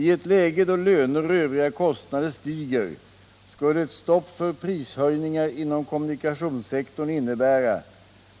I ett läge då löner och övriga kostnader stiger skulle ett stopp för prishöjningar inom kommunikationssektorn innebära